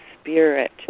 spirit